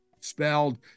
spelled